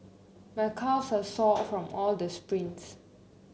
my calves are sore from all the sprints